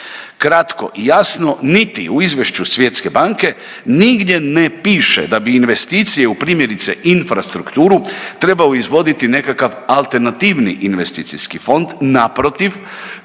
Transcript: Kratko i jasno niti u izvješću Svjetske banke nigdje ne piše da bi investicije u primjerice infrastrukturu trebao izvoditi nekakav alternativni investicijski fond, naprotiv